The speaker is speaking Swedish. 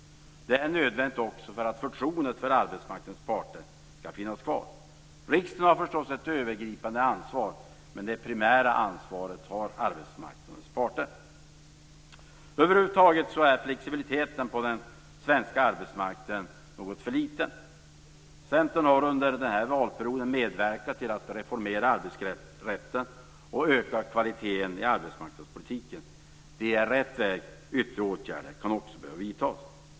Det är nödvändigt också för att förtroendet för arbetsmarknadens parter skall finnas kvar. Riksdagen har förstås ett övergripande ansvar, men det primära ansvaret har arbetsmarknadens parter. Över huvud taget är flexibiliteten på den svenska arbetsmarknaden något för liten. Centern har under denna valperiod medverkat till att reformera arbetsrätten och till att öka kvaliteten i arbetsmarknadspolitiken. Det är rätt väg, men ytterligare åtgärder kan behöva vidtas.